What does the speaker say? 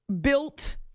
built